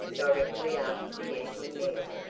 directly after the evening meal.